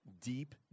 deep